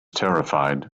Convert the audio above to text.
terrified